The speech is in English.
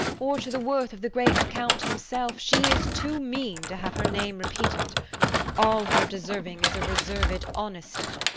or to the worth of the great count himself, she is too mean to have her name repeated all her deserving is a reserved honesty,